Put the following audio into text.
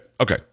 Okay